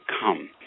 come